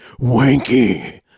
wanky